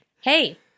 Hey